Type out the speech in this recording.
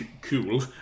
cool